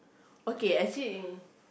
okay actually